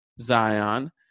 Zion